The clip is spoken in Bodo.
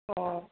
अ